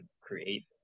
create